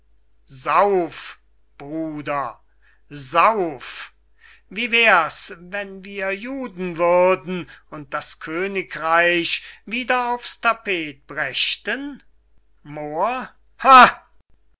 sauf bruder sauf wie wär's wenn wir juden würden und das königreich wieder auf's tapet brächten moor